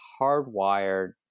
hardwired